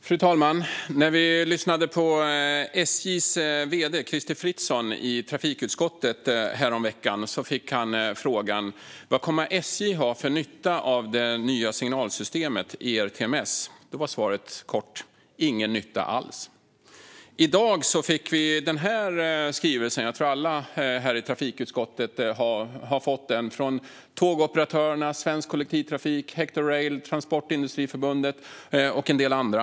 Fru talman! När vi lyssnade på SJ:s vd Crister Fritzson i trafikutskottet häromveckan fick han frågan: Vad kommer SJ att ha för nytta av det nya signalsystemet ERTMS? Svaret var kort: Ingen nytta alls. I dag fick vi en skrivelse från Tågoperatörerna, Svensk Kollektivtrafik, Hector Rail, Transportindustriförbundet och en del andra.